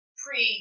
pre